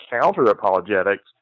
counter-apologetics